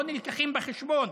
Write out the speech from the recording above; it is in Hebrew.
לא מובאים בחשבון.